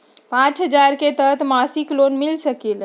पाँच हजार के तहत मासिक लोन मिल सकील?